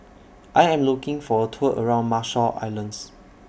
I Am looking For A Tour around Marshall Islands